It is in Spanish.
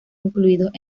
incluidos